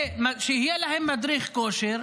שיהיה להם מדריך כושר,